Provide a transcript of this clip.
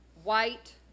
white